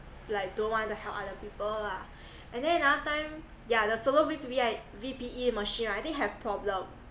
like don't want to help other people lah and then another time yeah the solar V_P_E I V_P_E machine right I think have problem